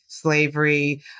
slavery